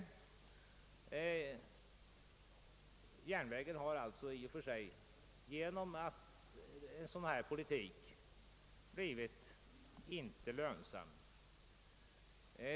Järnvägslinjen har alltså just genom SJ:s egen politik blivit olönsam.